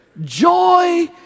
joy